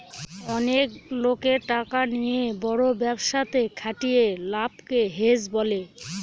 অনেক লোকের টাকা নিয়ে বড় ব্যবসাতে খাটিয়ে লাভকে হেজ বলে